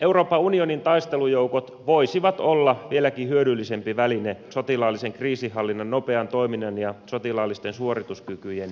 euroopan unionin taistelujoukot voisivat olla vieläkin hyödyllisempi väline sotilaallisen kriisinhallinnan nopean toiminnan ja sotilaallisten suorituskykyjen kehittämiselle